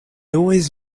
always